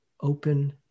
Open